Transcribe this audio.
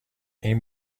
این